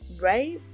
Right